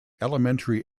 elementary